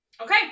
okay